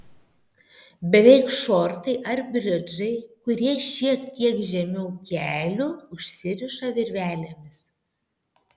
beveik šortai ar bridžai kurie šiek tiek žemiau kelių užsiriša virvelėmis